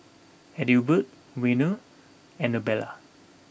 Adelbert Werner Anabella